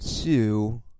Two